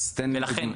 תן לי דוגמה.